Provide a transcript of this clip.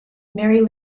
mary